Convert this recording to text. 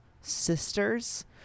sisters